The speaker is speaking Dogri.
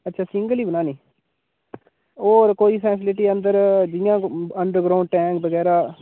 अच्छा सिंगल ई बनानी होर कोई फैसिलिटी अंदर जि'यां अंडरग्राऊंड टैंक बगैरा